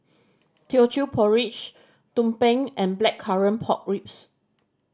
Teochew Porridge tumpeng and Blackcurrant Pork Ribs